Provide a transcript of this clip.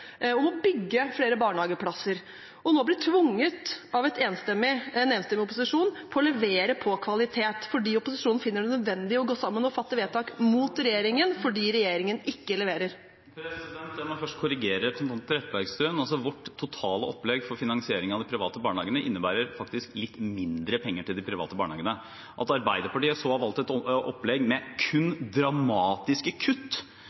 å bygge flere barnehageplasser og nå blir tvunget av en enstemmig opposisjon til å levere på kvalitet, fordi opposisjonen finner det nødvendig å gå sammen og fatte vedtak mot regjeringen fordi regjeringen ikke leverer? Jeg må først korrigere representanten Trettebergstuen. Vårt totale opplegg for finansiering av de private barnehagene innebærer faktisk litt mindre penger til de private barnehagene. At Arbeiderpartiet har valgt et opplegg med dramatiske kutt